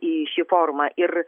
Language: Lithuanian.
į šį forumą ir